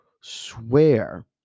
swear